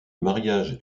mariage